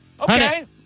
Okay